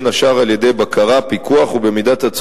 בין השאר,